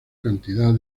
cantidad